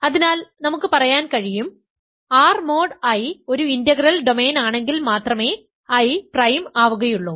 അതിനാൽ നമുക്ക് പറയാൻ കഴിയും R മോഡ് I ഒരു ഇന്റഗ്രൽ ഡൊമെയ്ൻ ആണെങ്കിൽ മാത്രമേ I പ്രൈം ആവുകയുള്ളൂ